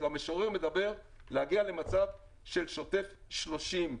המשורר מדבר להגיע למצב של שוטף 30,